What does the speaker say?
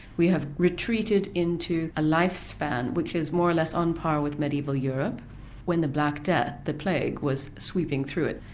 we have retreated into a life span which is more or less on par with medieval europe when the black death, the plague, was sweeping through it.